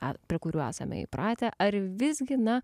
o prie kurių esame įpratę ar vizgina